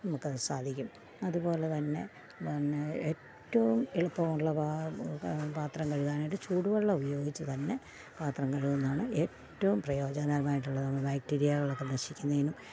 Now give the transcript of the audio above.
നമുക്കത് സാധിക്കും അതു പോലെ തന്നെ പിന്നെ ഏറ്റവും എളുപ്പമുള്ള പാത്രം കഴുകാനായിട്ട് ചൂടു വെള്ളം ഉപയോഗിച്ചു തന്നെ പാത്രം കഴുകുന്നതാണ് ഏറ്റവും പ്രയോജനമായിട്ടുള്ളത് ബാക്ടീരിയകളൊക്കെ നശിക്കുന്നതിനും